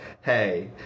hey